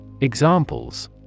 Examples